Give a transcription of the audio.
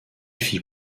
fit